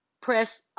press